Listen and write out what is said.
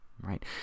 right